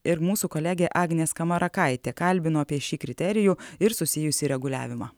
ir mūsų kolegė agnė skamarakaitė kalbino apie šį kriterijų ir susijusį reguliavimą